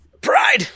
Pride